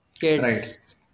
kids